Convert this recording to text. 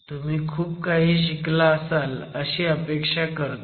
तुम्ही खूप काही शिकला असाल अशी अपेक्षा करतो